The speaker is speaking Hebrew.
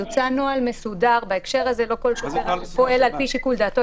יוצא נוהל מסודר בהקשר הזה ולא כל שוטר פועל על פי שיקול דעתו.